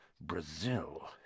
Brazil